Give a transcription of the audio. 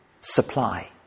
Supply